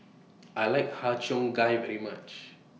I like Har Cheong Gai very much